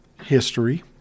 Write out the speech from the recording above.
history